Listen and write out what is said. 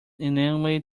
inanely